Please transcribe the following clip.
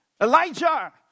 Elijah